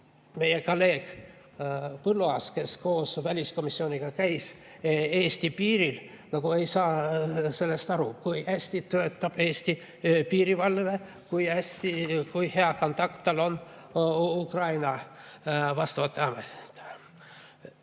meie kolleeg Põlluaas, kes koos väliskomisjoniga käis Eesti piiril, ei saa sellest aru, kui hästi töötab Eesti piirivalve ja kui hea kontakt on tal Ukraina vastavate